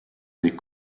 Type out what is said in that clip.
des